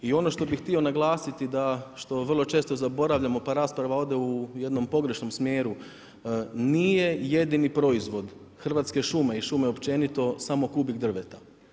I ono što bih htio naglasiti, da što vrlo često zaboravljamo, pa rasprava ode u jednom pogrešnom smjeru, nije jedini proizvod, Hrvatske šume i šume općenito, samo kubik drveta.